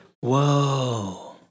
Whoa